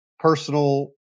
personal